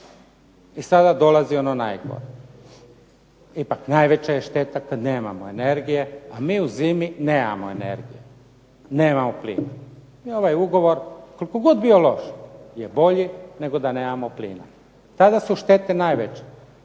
I sada dolazi ono najgore. Ipak najveća je šteta kad nemamo energije, a mi u zimi nemamo energije. Nemamo plina. I ovaj ugovor koliko god bio loš, je bolji nego da nemamo plina. Tada su štete najveće.